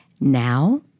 Now